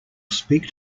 speak